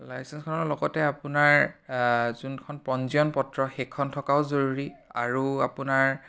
লাইচেন্সখনৰ লগতে আপোনাৰ যোনখন পঞ্জীয়ন পত্ৰ সেইখন থকাও জৰুৰী আৰু আপোনাৰ